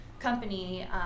company